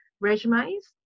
resumes